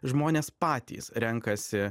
žmonės patys renkasi